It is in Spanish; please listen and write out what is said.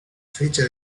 fecha